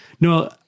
No